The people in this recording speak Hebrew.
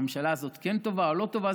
הממשלה הזאת כן טובה או לא טובה,